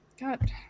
God